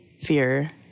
Fear